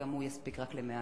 שגם הוא יספיק רק למעט.